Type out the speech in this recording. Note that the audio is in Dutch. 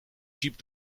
jeep